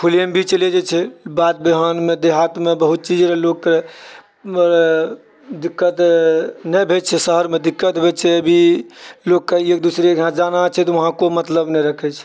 खुलयमे भी चलै जाइत छै बाध बिहानमे देहातमे बहुत चीज ले लोकके दिक्कत नहि होइत छै शहरमे दिक्कत होइत छै भी लोकके एक दूसरेके यहाँ जाना छै तऽ वहाँ कोइ मतलब नहि रखैत छै